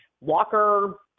Walker